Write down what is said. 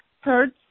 Hertz